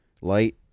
light